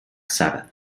sabbath